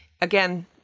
Again